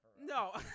No